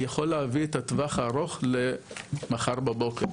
יכול להביא את הטווח הארוך למחר בבוקר,